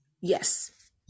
Yes